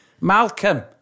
Malcolm